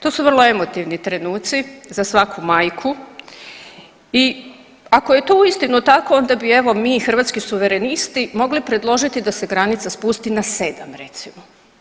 To su vrlo emotivni trenuci za svaku majku i ako je to uistinu tako, onda bi evo, mi, Hrvatski suverenisti mogli predložiti da se granica spusti na 7, recimo.